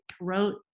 wrote